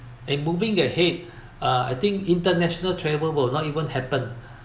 and moving ahead uh I think international travel will not even happen